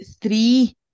three